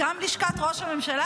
וגם בלשכת ראש הממשלה,